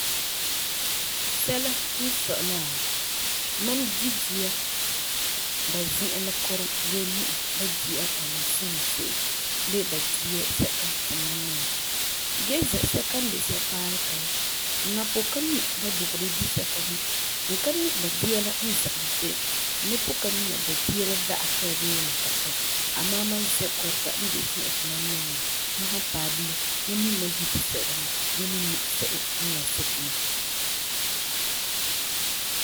Sɛla n sɔi la, mam di dia ba zi'an la kurum gee mina ba dia n ani suŋa se'em bee ba disɛka ti mam nɔŋɛ gee zisɛka n de zipaalega la,n nam pugum ka mi ba dugeri disɛka bini,n ka mi ba dia la n zã'asum se'em, n me pugum ka mina ba dia la da'a tɔi bee la ka tɔi. Amaa mam zɛkurega n de zi'an ti mam mi mam n diti sɛla mɛ gee me mi se'em n wan seke mam.